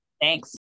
Thanks